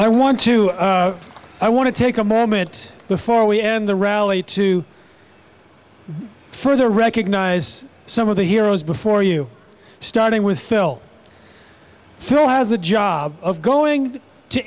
i want to i want to take a moment before we end the rally to further recognize some of the heroes before you starting with phil phil has a job of going to